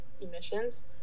emissions